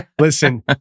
Listen